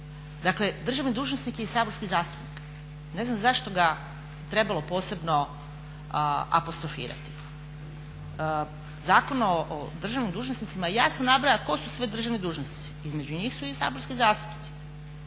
Dakle državni dužnosnik je i saborski zastupnik. Ne znam zašto ga je trebalo posebno apostrofirati. Zakon o državnim dužnosnicima jasno nabraja tko su sve državni dužnosnici. Između njih su i saborski zastupnici.